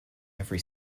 every